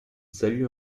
salue